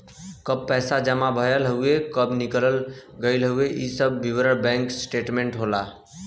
कब पैसा जमा भयल हउवे कब निकाल गयल हउवे इ सब विवरण बैंक स्टेटमेंट होला